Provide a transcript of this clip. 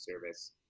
service